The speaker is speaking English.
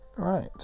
right